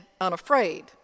unafraid